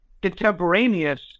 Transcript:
contemporaneous